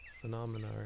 phenomena